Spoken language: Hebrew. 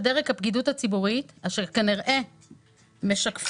הדרג הפקידות הציבורי אשר כנראה משקפות